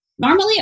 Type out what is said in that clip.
Normally